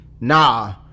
nah